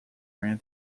ran